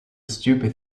stupid